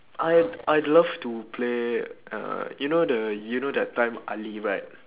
I I'd love to play uh you know the you know that time ali right